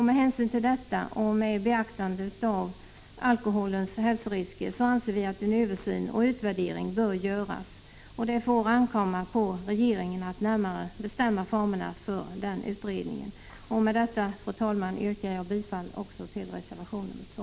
Med hänsyn till detta och med beaktande av alkoholens hälsorisker anser vi att en översyn och utvärdering bör göras. Det får ankomma på regeringen att närmare bestämma formerna för utredningen. Med detta, fru talman, yrkar jag bifall även till reservation nr 2.